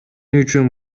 үчүн